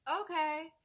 okay